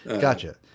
Gotcha